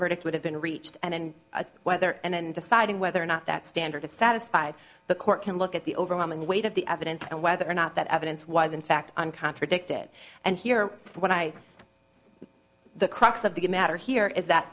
verdict would have been reached and whether and in deciding whether or not that standard is satisfied the court can look at the overwhelming weight of the evidence and whether or not that evidence was in fact on contradicted and here what i the crux of the matter here is that